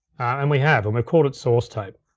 and we have, and we've called it source tape.